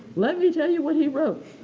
let me tell you what he wrote.